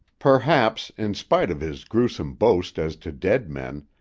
perhaps, in spite of his gruesome boast as to dead men,